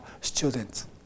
students